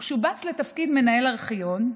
הוא שובץ לתפקיד מנהל ארכיון.